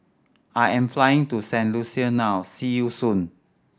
I am flying to Saint Lucia now see you soon